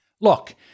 look